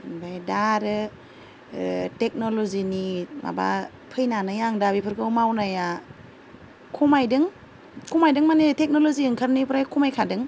ओमफ्राय दा आरो टेक्न'ल'जिनि माबा फैनानै आं दा बेफोरखौ मावनाया खमायदों खमायदों माने टेक्न'ल'जि ओंखारनायनिफ्राय खमायखादों